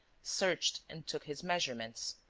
searched and took his measurements.